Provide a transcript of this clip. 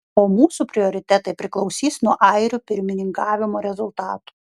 o mūsų prioritetai priklausys nuo airių pirmininkavimo rezultatų